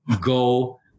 go